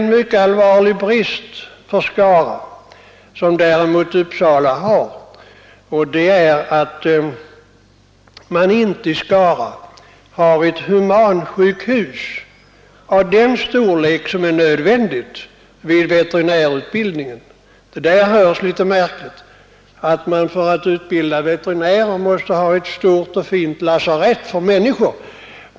En mycket allvarlig brist i Skara, jämfört med Uppsala, är att man inte har ett humansjukhus av den storlek som är nödvändig för veterinärutbildning. Det låter kanske litet märkligt att man för att utbilda veterinärer behöver ett stort och fint lasarett för människor.